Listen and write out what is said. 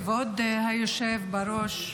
כבוד היושב בראש,